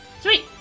sweet